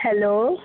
hello